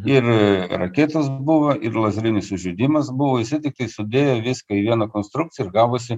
ir raketos buvo ir lazerinis sužeidimas buvo jisai tikrai sudėjo viską į vieną konstrukciją ir gavosi